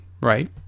right